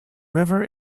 river